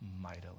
mightily